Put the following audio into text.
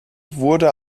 wurde